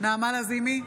נעמה לזימי,